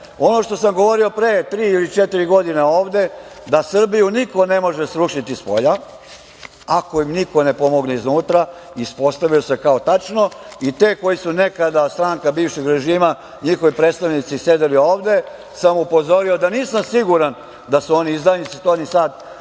što sam govorio pre tri ili četiri godine ovde, da Srbiju niko ne može srušiti spolja ako im niko ne pomogne iznutra, ispostavilo se kao tačno i te koji su nekada, stranka bivšeg režima, njihovi predstavnici, sedeli ovde upozorio sam da nisam siguran da su oni izdajnici. To ni sada ne